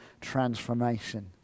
transformation